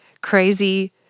crazy